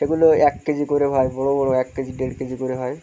এগুলো এক কেজি করে হয় বড়ো বড়ো এক কেজি দেড় কেজি করে হয়